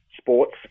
sports